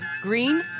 green